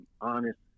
honest